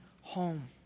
home